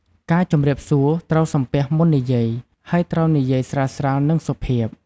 ការជម្រាបសួរ ត្រូវសំពះមុននិយាយ ហើយត្រូវនិយាយស្រាលៗ និងសុភាព។